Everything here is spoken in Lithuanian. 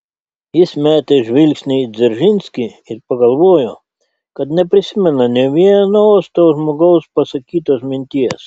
jis metė žvilgsnį į dzeržinskį ir pagalvojo kad neprisimena nė vienos to žmogaus pasakytos minties